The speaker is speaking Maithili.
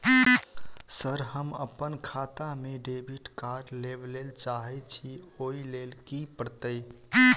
सर हम अप्पन खाता मे डेबिट कार्ड लेबलेल चाहे छी ओई लेल की परतै?